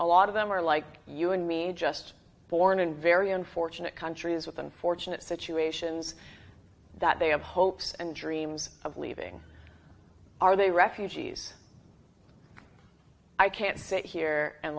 a lot of them are like you and me just born in very unfortunate countries with unfortunate situations that they have hopes and dreams of leaving are they refugees i can't sit here and